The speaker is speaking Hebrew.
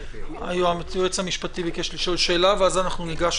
היועץ המשפטי ביקש לשאול שאלה, ואז ניגש,